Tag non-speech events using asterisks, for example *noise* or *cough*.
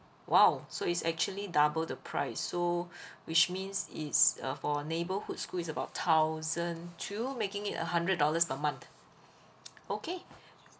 !wow! so it's actually double the price so *breath* which means it's uh for neighbourhood school is about thousand two making it a hundred dollars per month okay